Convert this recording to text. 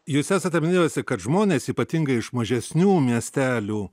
jūs esate minėjusi kad žmonės ypatingai iš mažesnių miestelių